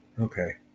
Okay